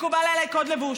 מקובל עליי קוד לבוש,